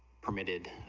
permitted,